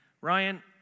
Ryan